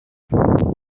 meat